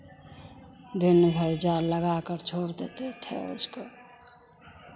दिन भर जाल लगा कर छोड़ देते थे उसको